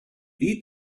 eat